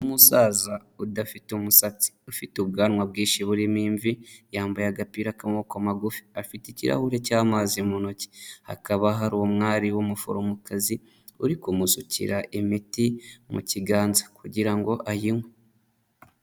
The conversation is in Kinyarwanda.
Umusaza udafite umusatsi, ufite ubwanwa bwinshi burimo imvi, yambaye agapira k'amaboko magufi, afite ikirahuri cy'amazi mu ntoki. Hakaba hari umwari w'umuforomokazi, uri kumusukira imiti mu kiganza kugira ngo ayinywe.